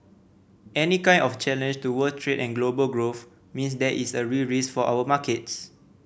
any kind of challenge to world trade and global growth means there is a real risk for our markets